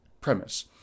premise